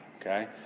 okay